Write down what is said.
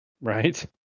Right